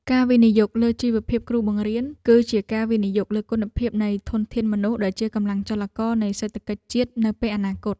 ការវិនិយោគលើជីវភាពគ្រូបង្រៀនគឺជាការវិនិយោគលើគុណភាពនៃធនធានមនុស្សដែលជាកម្លាំងចលករនៃសេដ្ឋកិច្ចជាតិ នៅពេលអនាគត។